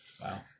Wow